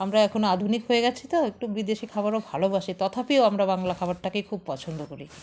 আমরা এখন আধুনিক হয়ে গেছি তো একটু বিদেশি খাবারও ভালোবাসি তথাপিও আমরা বাংলা খাবারটাকেই খুব পছন্দ করি